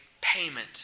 payment